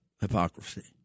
hypocrisy